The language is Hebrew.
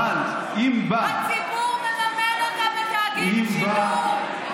אבל אם בא, הציבור מממן אותה בתאגיד השידור.